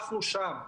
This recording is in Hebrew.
אנחנו שם,